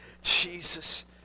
Jesus